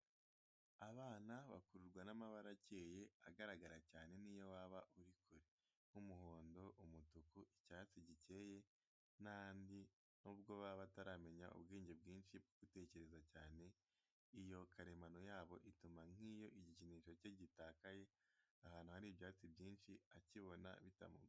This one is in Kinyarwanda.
Abana bakururwa n'amabara akeye, agaragara cyane n'iyo waba uri kure: nk'umuhondo, umutuku, icyatsi gikeye n'andi, n'ubwo baba bataramenya ubwenge bwinshi bwo gutekereza cyane, iyo karemano yabo ituma nk'iyo igikinisho cye gitakaye ahantu hari ibyatsi byinshi, akibona bitamugoye na mba.